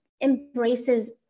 embraces